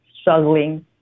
struggling